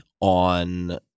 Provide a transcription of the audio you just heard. on